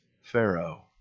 Pharaoh